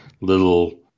little